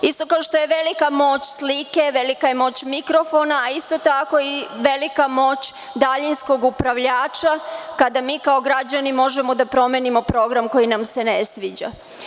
Isto kao što je velika moć slike, velika je moć mikrofona, a isto tako i velika je moć daljinskog upravljača kada mi kao građani možemo da promenimo program koji nam se ne sviđa.